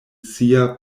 sia